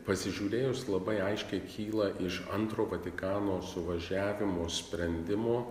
pasižiūrėjus labai aiškiai kyla iš antro vatikano suvažiavimo sprendimo